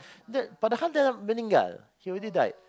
that but the harder he already died